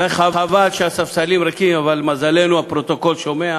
וחבל שהספסלים ריקים, אבל למזלנו הפרוטוקול שומע,